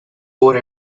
boar